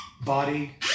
body